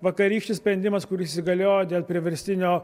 vakarykštis sprendimas kuris įsigaliojo dėl priverstinio